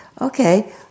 okay